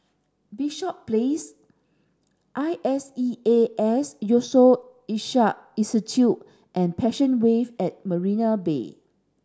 Bishop Place I S E A S Yusof Ishak Institute and Passion Wave at Marina Bay